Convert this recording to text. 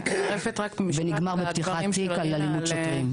רק משפט על הדברים של רינה,